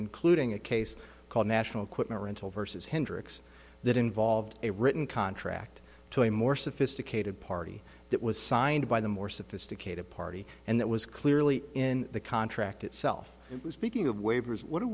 including a case called national quittner rental versus hendrix that involved a written contract to a more sophisticated party that was signed by the more sophisticated party and that was clearly in the contract itself it was speaking of waivers what are